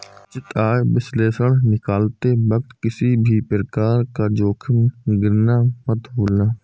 निश्चित आय विश्लेषण निकालते वक्त किसी भी प्रकार का जोखिम गिनना मत भूलना